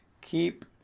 Keep